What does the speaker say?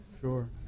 sure